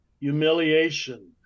humiliation